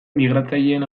migratzaileen